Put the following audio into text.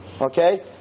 Okay